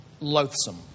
loathsome